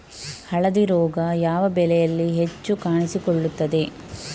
ಹಳದಿ ರೋಗ ಯಾವ ಬೆಳೆಯಲ್ಲಿ ಹೆಚ್ಚು ಕಾಣಿಸಿಕೊಳ್ಳುತ್ತದೆ?